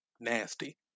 nasty